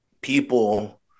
people